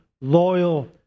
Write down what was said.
loyal